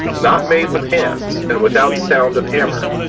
not made with hands, and without sound of hammer.